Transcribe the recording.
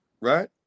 right